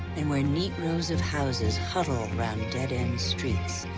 and where neat rows of houses huddle around dead-end streets.